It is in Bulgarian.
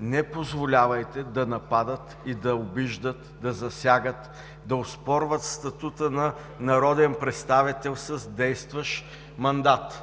Не позволявайте да нападат и да обиждат, да засягат, да оспорват статута на народен представител с действащ мандат!